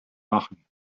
machen